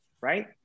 right